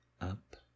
up